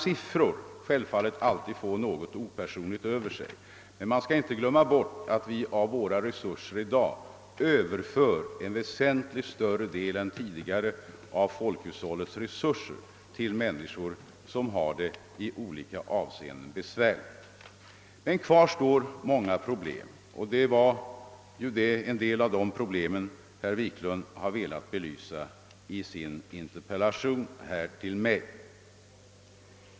Siffror kan självfallet ge en något opersonlig bild, men vi skall i detta sammanhang inte glömma bort att vi av folkhushållets resurser i dag överför en väsentligt större del än tidigare till människor som i olika avseenden har det besvärligt. Kvar står dock många problem, och herr Wiklund har i sin interpellation till mig velat belysa en del av dessa.